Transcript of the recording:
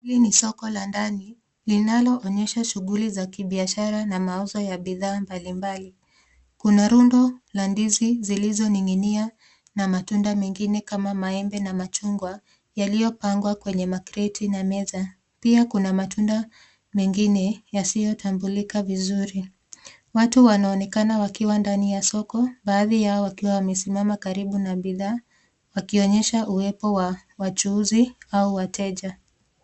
Hili ni soko la ndani linaloonyesha shughuli za kibiashara na mauzo ya bidhaa mbalimbali. Kuna rundo la ndizi zilizoning'inia na matunda mengine kama maembe na machungwa yaliyopangwa kwenye makreti na meza. Pia kuna matunda mengine yasiyotambulika vizuri. Watu wanaonekana wakiwa ndani ya soko baadhi yao wakiwa wamesimama karibu na bidhaa wakionyesha uwepo wa wachuuzi au wateja.